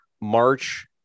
March